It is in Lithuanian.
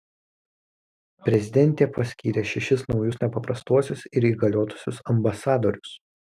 prezidentė paskyrė šešis naujus nepaprastuosius ir įgaliotuosiuos ambasadorius